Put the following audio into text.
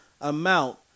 amount